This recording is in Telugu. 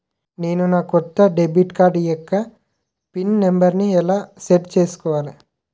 నేను నా కొత్త డెబిట్ కార్డ్ యెక్క పిన్ నెంబర్ని ఎలా సెట్ చేసుకోవాలి?